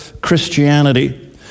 Christianity